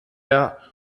der